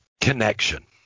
connection